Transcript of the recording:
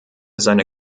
seine